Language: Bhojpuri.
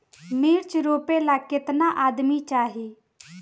मिर्च रोपेला केतना आदमी चाही?